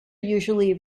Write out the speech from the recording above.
usually